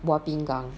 buah pinggang